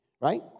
Right